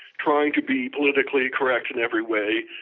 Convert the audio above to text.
trying to be politically correct in every way.